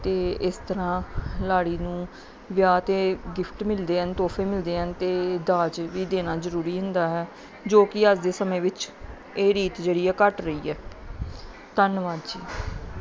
ਅਤੇ ਇਸ ਤਰ੍ਹਾਂ ਲਾੜੀ ਨੂੰ ਵਿਆਹ 'ਤੇ ਗਿਫਟ ਮਿਲਦੇ ਆ ਇਹਨੂੰ ਤੋਹਫੇ ਮਿਲਦੇ ਆ ਅਤੇ ਦਾਜ ਵੀ ਦੇਣਾ ਜ਼ਰੂਰੀ ਹੁੰਦਾ ਹੈ ਜੋ ਕਿ ਅੱਜ ਦੇ ਸਮੇਂ ਵਿੱਚ ਇਹ ਰੀਤ ਜਿਹੜੀ ਹੈ ਘੱਟ ਰਹੀ ਹੈ ਧੰਨਵਾਦ ਜੀ